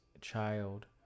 child